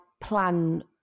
plan